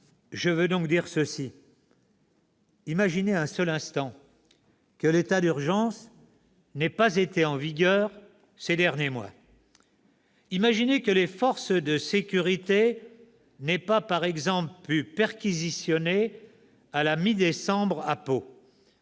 je veux donc dire ceci : imaginez un seul instant que l'état d'urgence n'ait pas été en vigueur ces derniers mois. Imaginez que les forces de sécurité n'aient, par exemple, pas pu perquisitionner à la mi-décembre à Pau.